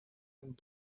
and